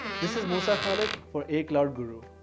this is moosa khalid for a cloud guru.